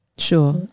sure